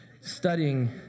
Studying